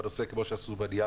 כמו שעשו עם הנייר,